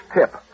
Tip